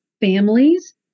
families